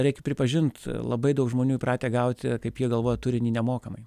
reikia pripažint labai daug žmonių įpratę gauti kaip jie galvoja turinį nemokamai